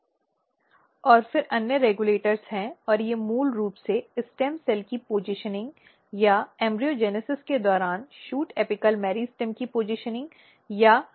और फिर अन्य रेगुलेटर्स है और वे मूल रूप से स्टेम सेल की पज़िशनिंग या भ्रूणजनन के दौरान शूट एपिकल मेरिस्टेम की पज़िशनिंग या स्थापित करने में मदद करते हैं